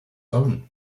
own